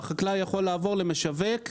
והחקלאי יכול לעבור למשווק,